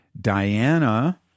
Diana